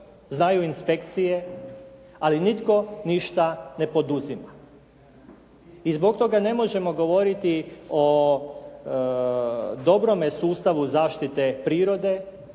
Znaju inspekcije ali nitko ništa ne poduzima i zbog toga ne možemo govoriti o dobrome sustavu zaštite prirode